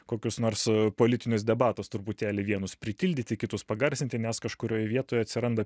kokius nors politinius debatus truputėlį vienus pritildyti kitus pagarsinti nes kažkurioj vietoj atsiranda